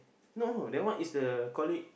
no that one is the colleague